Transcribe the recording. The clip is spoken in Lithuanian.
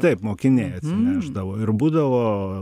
taip mokiniai atsinešdavo ir būdavo